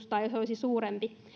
tai että se olisi suurempi